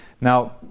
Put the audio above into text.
Now